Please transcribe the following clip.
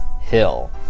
Hill